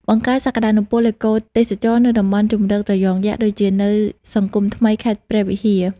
បង្កើតសក្តានុពលអេកូទេសចរណ៍នៅតំបន់ជម្រកត្រយងយក្ស ដូចជានៅសង្គមថ្មី ខេត្តព្រះវិហារ។